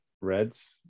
Reds